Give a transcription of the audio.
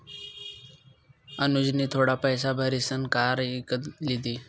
अनुजनी थोडा पैसा भारीसन कार इकत लिदी